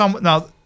Now